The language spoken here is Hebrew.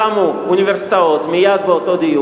באותו דיון קמו מייד אוניברסיטאות ואמרו